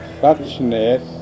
suchness